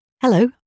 Hello